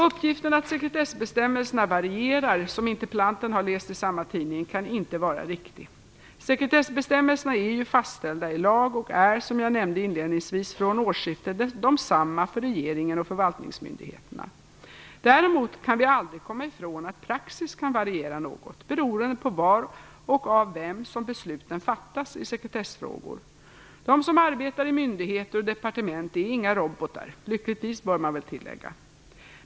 Uppgiften att sekretessbestämmelserna varierar, som interpellanten har läst i samma tidning, kan inte vara riktig. Sekretessbestämmelserna är ju fastställda i lag och är, som jag nämnde inledningsvis, från årsskiftet desamma för regeringen och förvaltningsmyndigheterna. Däremot kan vi aldrig komma ifrån att praxis kan variera något, beroende på var och av vem som besluten fattas i sekretessfrågor. De som arbetar i myndigheter och departement är inga robotar, lyckligtvis bör man väl tillägga.